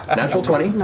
ah natural twenty.